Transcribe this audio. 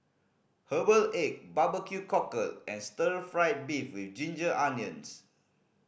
herbal egg barbecue cockle and stir fried beef with ginger onions